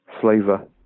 flavor